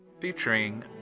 featuring